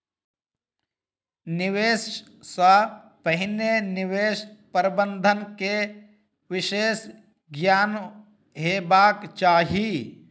निवेश सॅ पहिने निवेश प्रबंधन के विशेष ज्ञान हेबाक चाही